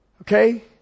Okay